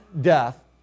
death